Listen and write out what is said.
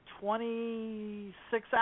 Twenty-six